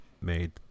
made